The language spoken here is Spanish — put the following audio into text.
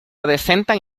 adecentan